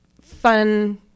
fun